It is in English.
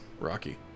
Rocky